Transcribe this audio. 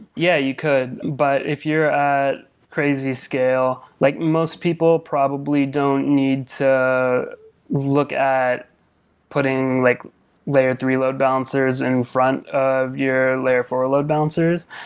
yeah, you could, but if you're at crazy scale, like most people probably don't need to look at putting like layer three load balancers in front of your layer four load balancers,